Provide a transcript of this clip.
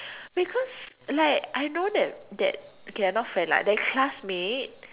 because like I know that that okay not friend lah that classmate